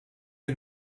het